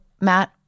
Matt